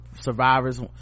survivors